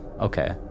Okay